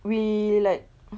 we like